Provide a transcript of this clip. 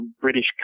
British